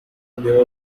will